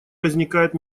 возникает